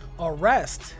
arrest